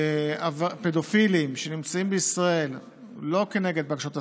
אני מבין שנעצר חשוד.